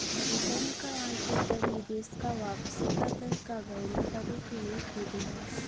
return क आंतरिक दर निवेश क वापसी क दर क गणना करे के एक विधि हौ